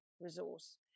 resource